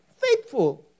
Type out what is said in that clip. Faithful